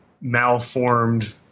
malformed